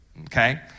Okay